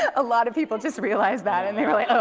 a lot of people just realized that and they were like, oh.